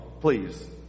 please